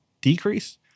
Decrease